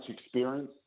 experience